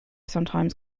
sometimes